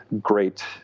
great